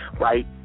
right